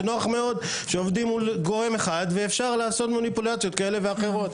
זה נוח מאוד שעובדים מול גורם אחד ואפשר לעשות מניפולציות כאלה ואחרות.